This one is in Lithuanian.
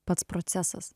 pats procesas